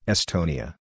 Estonia